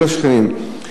מול השכנים.